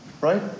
right